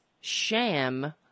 sham